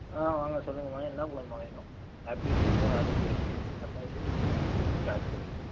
ஆ வாங்க சொல்லுங்கள்மா என்ன பழமா வேணும் ஆப்பிள் இருக்கு ஆரேஞ் இருக்கு அன்னாசி இருக்கு திராட்சை இருக்கு